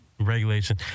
regulation